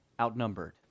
outnumbered